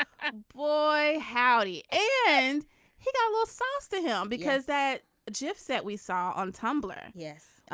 ah boy howdy. and he got lost souls to him because that gifts that we saw on tumblr yes.